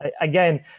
Again